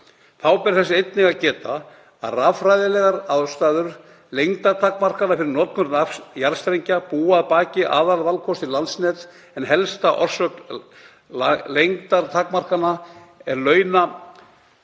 Þá ber þess einnig að geta að raffræðilegar ástæður lengdartakmarkana fyrir notkun jarðstrengja búa að baki aðalvalkosti Landsnets en helsta orsök lengdartakmarkana er að